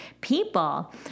people